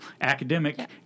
academic